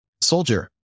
Soldier